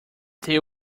they